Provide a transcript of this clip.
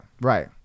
right